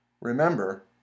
Remember